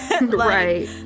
Right